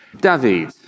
David